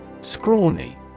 Scrawny